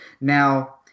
Now